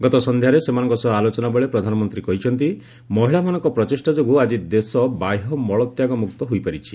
ଗତ ସନ୍ଧ୍ୟାରେ ସେମାନଙ୍କ ସହ ଆଲୋଚନାବେଳେ ପ୍ରଧାନମନ୍ତ୍ରୀ କହିଛନ୍ତି ମହିଳାମାନଙ୍କ ପ୍ରଚେଷ୍ଟା ଯୋଗୁଁ ଆଜି ଦେଶ ବାହ୍ୟ ମଳତ୍ୟାଗମୁକ୍ତ ହୋଇପାରିଛି